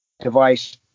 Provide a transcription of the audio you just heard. Device